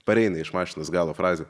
pareina iš mašinos galo frazė